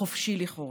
החופשי לכאורה.